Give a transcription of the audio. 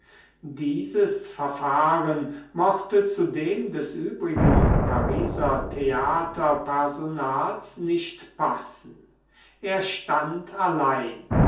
dieses verfahren mochte zu dem des übrigen pariser theaterpersonals nicht passen er stand allein